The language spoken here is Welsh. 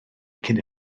cyn